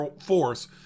force